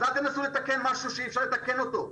אז אל תנסו לתקן משהו שאי אפשר לתקן אותו.